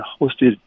hosted